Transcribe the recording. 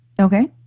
Okay